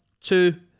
two